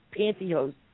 pantyhose